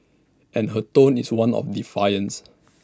and her tone is one of defiance